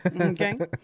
Okay